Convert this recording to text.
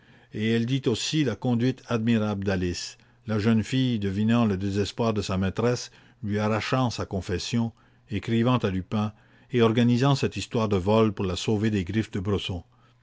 et elle dit aussi la conduite admirable d'alice la jeune fille devinant le désespoir de sa maîtresse lui arrachant sa confession écrivant à lupin et organisant cette histoire de vol pour la sauver des griffes de